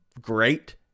great